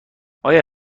آیا